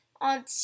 on